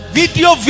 video